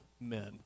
men